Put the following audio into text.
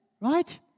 Right